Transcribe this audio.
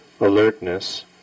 alertness